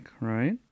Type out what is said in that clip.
right